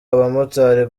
abamotari